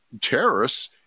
terrorists